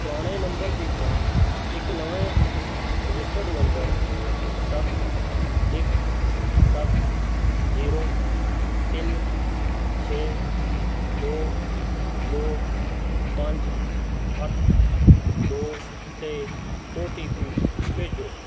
ਪੁਰਾਣੇ ਨੰਬਰ ਦੀ ਥਾਂ ਇੱਕ ਨਵੇਂ ਰਜਿਸਟਰਡ ਨੰਬਰ ਸੱਤ ਇੱਕ ਸੱਤ ਜੀਰੋ ਤਿੰਨ ਛੇ ਦੋ ਦੋ ਪੰਜ ਅੱਠ ਦੋ 'ਤੇ ਓ ਟੀ ਪੀ ਭੇਜੋ